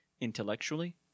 intellectually